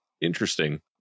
interesting